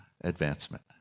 advancement